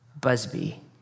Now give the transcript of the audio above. Busby